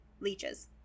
leeches